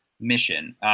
mission